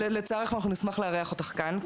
נשמח לארח אותך כאן,